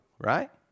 right